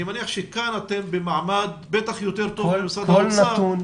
אני מניח שכאן אתם במעמד בטח יותר טוב ממשרד האוצר,